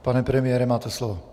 Pane premiére, máte slovo.